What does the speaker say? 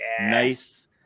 nice